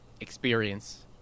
experience